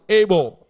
able